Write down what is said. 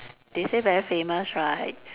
they say very famous right